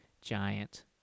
giant